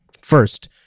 First